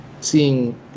seeing